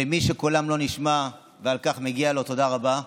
במי שקולם לא נשמע, ועל כך מגיעה לו תודה רבה,